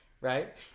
Right